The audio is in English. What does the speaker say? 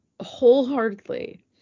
wholeheartedly